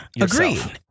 agreed